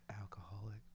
alcoholic